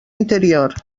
interior